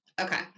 Okay